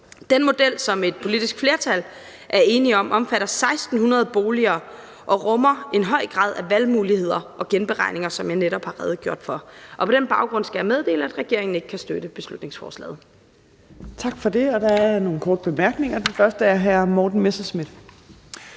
Den model, som et politisk flertal er enige om, omfatter 1.600 boliger og rummer en høj grad af valgmuligheder og genberegninger, som jeg netop har redegjort for. På den baggrund skal jeg meddele, at regeringen ikke kan støtte beslutningsforslaget. Kl. 15:44 Fjerde næstformand (Trine Torp): Tak for det. Der er nogle korte bemærkninger. Den første er fra hr. Morten Messerschmidt.